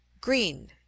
Green